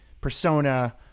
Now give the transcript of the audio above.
persona